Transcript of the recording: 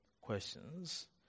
questions